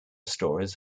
stories